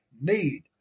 need